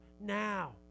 now